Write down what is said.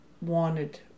wanted